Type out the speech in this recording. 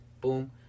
boom